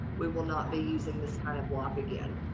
we will not be using this kind of block again.